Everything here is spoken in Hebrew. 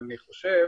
אני חושב